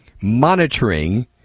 monitoring